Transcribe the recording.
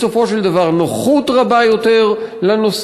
בסופו של דבר נוחות רבה יותר לנוסע,